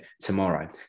tomorrow